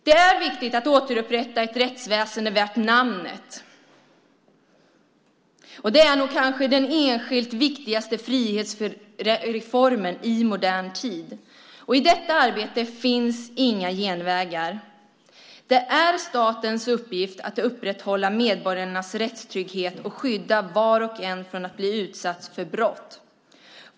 Det är viktigt att återupprätta ett rättsväsende värt namnet. Det är kanske den enskilt viktigaste frihetsreformen i modern tid. I detta arbete finns inga genvägar. Det är statens uppgift att upprätthålla medborgarnas rättstrygghet och skydda var och en från att bli utsatt för brott.